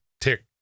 tick